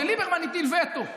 וליברמן הטיל וטו,